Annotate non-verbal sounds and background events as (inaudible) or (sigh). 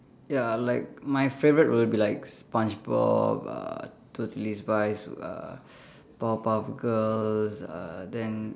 ya like my favourite will be like Spongebob uh totally spies uh (breath) powerpuff girls uh then